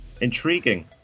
intriguing